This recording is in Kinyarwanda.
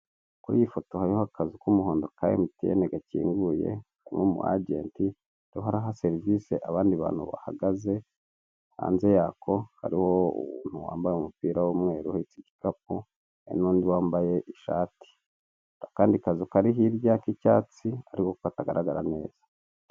Kuri iyi foto hariho akazu k'umuhondo ka MTN gakinguye, karimo umu agent arimo araha serivisi abandi bantu bahagaze, hanze yako hariho umuntu wambaye umupira w'umweru, uhetse igikapu, hari n'undi wambaye ishati. Akandi kazu kari hirya k'icyatsi ariko katagaragara neza.